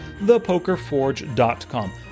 thepokerforge.com